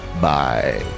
Bye